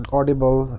Audible